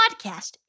podcast